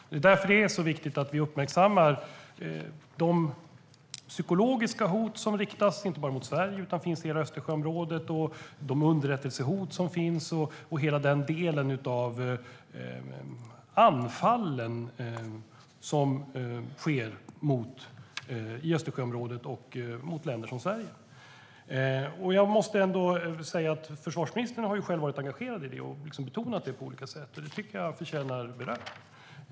Det är därför det är så viktigt att vi uppmärksammar de psykologiska hot som riktas mot inte bara Sverige utan hela Östersjöområdet liksom de underrättelsehot som finns och de anfall som sker mot länder som Sverige. Försvarsministern har själv varit engagerad här och betonat detta på olika sätt. Det tycker jag förtjänar beröm.